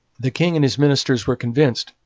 the king and his ministers were convinced,